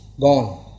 Gone